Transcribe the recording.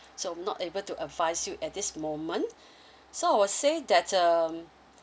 so not able to advise you at this moment so I will say that um